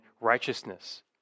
righteousness